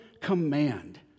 command